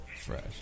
Fresh